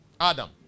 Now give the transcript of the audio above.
Adam